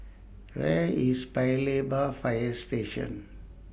Where IS Paya Lebar Fire Station